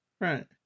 Right